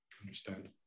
understand